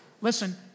Listen